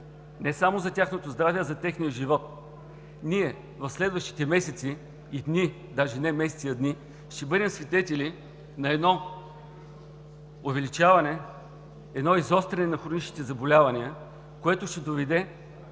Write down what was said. не само за тяхното здраве, но и за техния живот. Ние в следващите месеци – даже не месеци, а дни, ще бъдем свидетели на едно увеличаване, едно изостряне на хроничните заболявания, което ще доведе